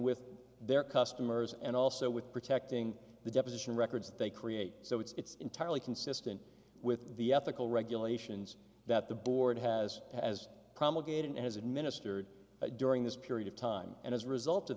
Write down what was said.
with their customers and also with protecting the deposition records they create so it's entirely consistent with the ethical regulations that the board has as promulgated as administered during this period of time and as a result of